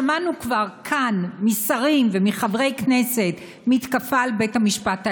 שמענו כבר כאן משרים ומחברי כנסת מתקפה על בית המשפט העליון,